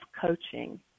coaching